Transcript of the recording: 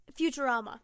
Futurama